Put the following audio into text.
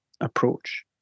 approach